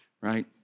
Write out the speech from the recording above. right